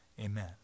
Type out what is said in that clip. Amen